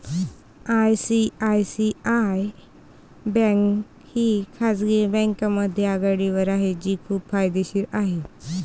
ICICI bank ही खाजगी बँकांमध्ये आघाडीवर आहे जी खूप फायदेशीर आहे